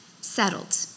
settled